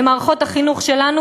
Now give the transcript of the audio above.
למערכות החינוך שלנו,